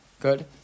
Good